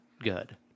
good